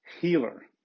healer